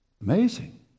Amazing